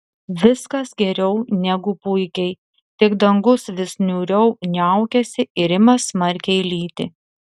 viskas geriau negu puikiai tik dangus vis niūriau niaukiasi ir ima smarkiai lyti